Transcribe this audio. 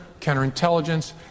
counterintelligence